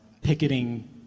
picketing